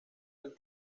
del